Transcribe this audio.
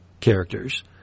characters